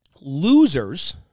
Losers